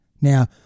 Now